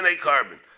carbon